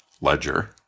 ledger